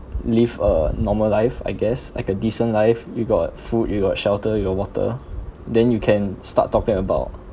live a normal life I guess like a decent life you got food you got shelter you got water then you can start talking about